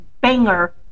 banger